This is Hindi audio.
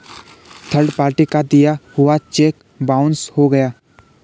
थर्ड पार्टी का दिया हुआ चेक बाउंस हो गया